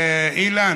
אילן,